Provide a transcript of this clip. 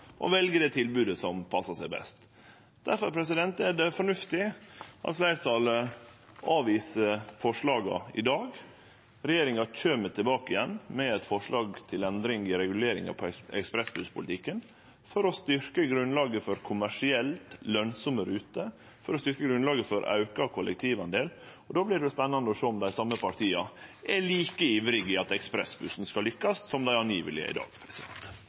og vel det tilbodet som passar dei best. Difor er det fornuftig at fleirtalet avviser forslaga i dag. Regjeringa kjem tilbake igjen med eit forslag til endring i reguleringa på ekspressbusspolitikken for å styrkje grunnlaget for kommersielt lønsame ruter, for å styrkje grunnlaget for auka kollektivdel. Då vert det spennande å sjå om dei same partia er like ivrige etter at ekspressbussen skal lykkast som dei visstnok er i dag.